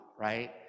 right